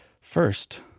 First